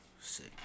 Sick